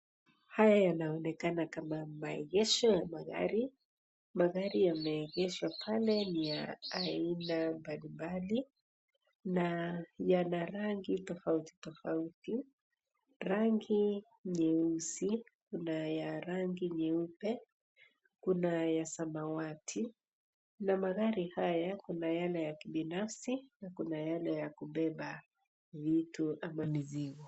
Haya yanaonekana kama maegesho ya magari. Magari yameegeshwa pale ni ya aina mbalimbali na yana rangi tofauti tofauti. Rangi nyeusi, kuna ya rangi nyeupe, kuna ya samawati na magari haya kuna yale ya kibinafsi na kuna yale ya kubeba vitu ama mizigo.